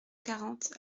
quarante